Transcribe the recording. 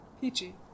Peachy